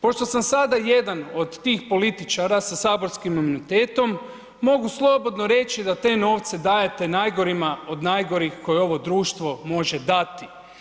Pošto sam sada jedan od tih političarima sa saborskim imunitetom, mogu slobodno reći da te novce dajete najgorima od najgorih koje ovo društvo može dati.